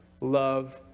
love